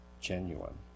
genuine